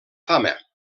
fama